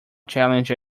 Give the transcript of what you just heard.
challenge